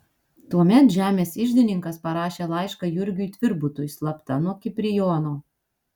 tuomet žemės iždininkas parašė laišką jurgiui tvirbutui slapta nuo kiprijono